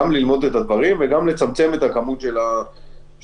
ללמד את הדברים וגם לצמצם את הכמות של המפגשים.